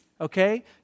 okay